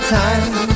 time